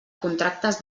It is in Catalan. contractes